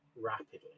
rapidly